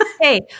Hey